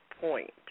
point